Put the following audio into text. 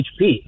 HP